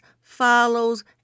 follows